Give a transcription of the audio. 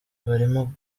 barimo